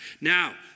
Now